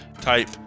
type